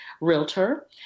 Realtor